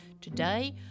today